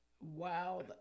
Wow